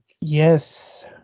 Yes